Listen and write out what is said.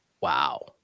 wow